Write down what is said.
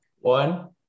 One